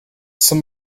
some